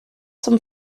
zum